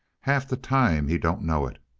half the time he don't know it.